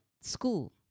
school